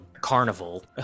carnival